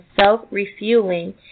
self-refueling